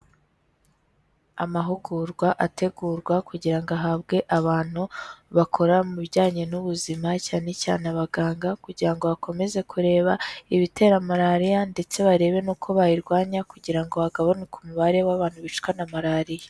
Amahugurwa ategurwa kugira ngo ahabwe abantu bakora mu bijyanye n'ubuzima cyane cyane abaganga kugira ngo bakomeze kureba ibitera malariya ndetse barebe n'uko bayirwanya kugira ngo hagabanuke umubare w'abantu bicwa na malariya.